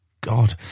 God